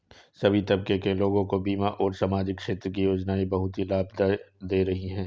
सभी तबके के लोगों को बीमा और सामाजिक क्षेत्र की योजनाएं बहुत ही लाभ दे रही हैं